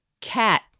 Cat